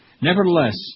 Nevertheless